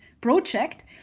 project